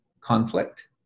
conflict